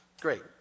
great